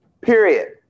Period